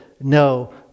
no